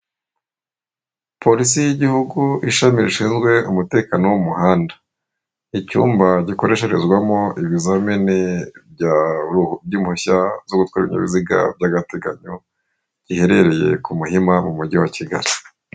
Polisi y'igihugu ishami rishinzwe umutekano wo mu umuhanda icyumba gikoreshezwamo ibizamini by'impushya zo gukora ibinyabiziga by'agateganyo giherereye ku Muhima mu mujyi wa Kigali.